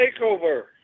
takeover